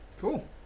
Cool